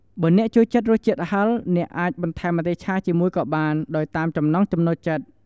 បើអ្នកចូលចិត្តរសជាតិហឹរ អាចបន្ថែមម្ទេសឆាជាមួយក៏បាន ដោយតាមចំណង់ចំណូលចិត្ត។